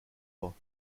pas